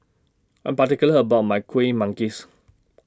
I'm particular about My Kuih Manggis